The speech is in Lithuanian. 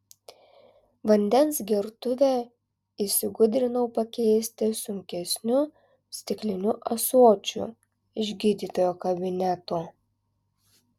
vandens gertuvę įsigudrinau pakeisti sunkesniu stikliniu ąsočiu iš gydytojo kabineto